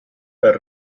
per